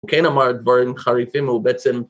הוא כן אמר דברים חריפים, הוא בעצם...